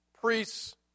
priests